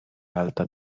alta